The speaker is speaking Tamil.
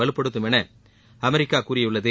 வலுப்படுத்தும் என அமெரிக்கா கூறியுள்ளது